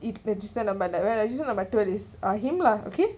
eh register number the register number two is uh him lah okay